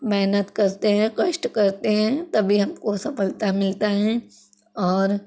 मेहनत करते हैं कष्ट करते हैं तभी हमको सफलता मिलता है और